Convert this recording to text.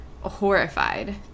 horrified